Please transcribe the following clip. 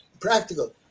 practical